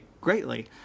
greatly